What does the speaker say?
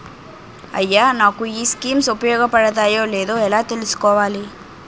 అయ్యా నాకు ఈ స్కీమ్స్ ఉపయోగ పడతయో లేదో ఎలా తులుసుకోవాలి?